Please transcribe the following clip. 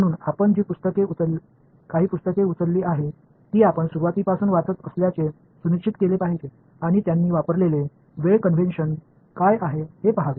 म्हणून आपण जी काही पुस्तके उचलली आहेत ती आपण सुरुवातीपासून वाचत असल्याचे सुनिश्चित केले पाहिजे आणि त्यांनी वापरलेले वेळ कन्वेन्शन काय आहे हे पहावे